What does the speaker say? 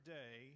day